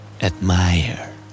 Admire